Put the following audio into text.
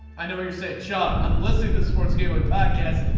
i know what you're saying sean. i'm listening to sports gambling podcasts.